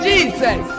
Jesus